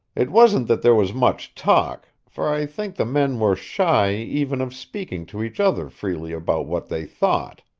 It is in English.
it wasn't that there was much talk, for i think the men were shy even of speaking to each other freely about what they thought.